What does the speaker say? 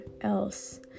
else